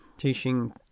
teaching